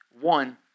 One